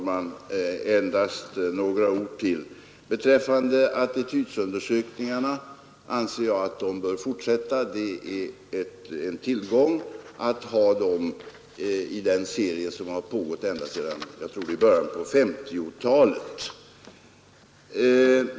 Herr talman! Jag anser att attitydundersökningarna bör fortsätta. Det är en tillgång att ha dem i en serie som har pågått ända sedan början av 1950-talet.